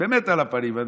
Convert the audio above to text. באמת על הפנים.